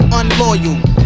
unloyal